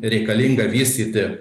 reikalinga vystyti